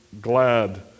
glad